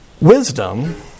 Wisdom